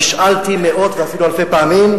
נשאלתי מאות ואפילו אלפי פעמים: